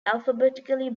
alphabetically